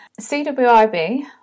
CWIB